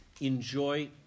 enjoy